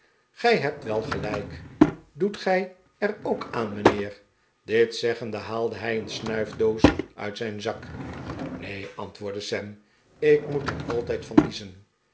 gij hebt wel gelijk doet gij er ook aan mijnheer dit zeggende haalde hij een snuifdoos uit zijn zak neen antwoordde sam ik moet er altijd van niezen